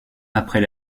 après